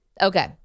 Okay